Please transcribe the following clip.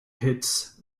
hits